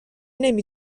نمی